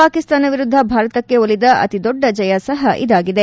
ಪಾಕಿಸ್ತಾನ ವಿರುದ್ಧ ಭಾರತಕೆ ಒಲಿದ ಅತಿದೊಡ್ಡ ಜಯ ಸಹ ಇದಾಗಿದೆ